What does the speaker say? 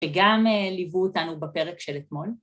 ‫שגם ליוו אותנו בפרק של אתמול,